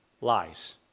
lies